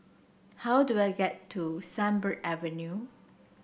how do I get to Sunbird Avenue